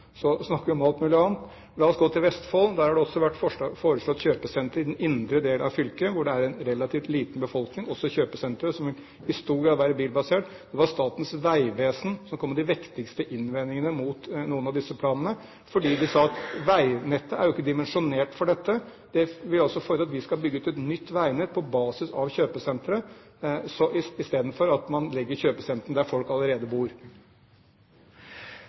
Så er det altså et forsøk på å legge et kjøpesenter ved Trysil, på svensk side – som Høyre protesterte mot at vi protesterte mot – som også vil dra mye biltrafikk. Istedenfor å konsentrere seg om disse praktiske eksemplene på at vi trenger disse rikspolitiske retningslinjene, snakker vi om alt mulig annet. La oss gå til Vestfold. Der har det også vært foreslått kjøpesenter i den indre del av fylket, hvor det er en relativt liten befolkning, også kjøpesenter som i stor grad vil være bilbasert. Det var Statens vegvesen som kom med de vektigste innvendingene mot noen av disse planene, fordi